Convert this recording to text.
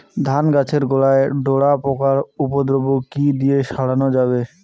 ধান গাছের গোড়ায় ডোরা পোকার উপদ্রব কি দিয়ে সারানো যাবে?